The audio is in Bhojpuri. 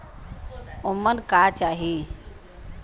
उमन का का चाही?